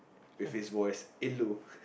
with his voice Ello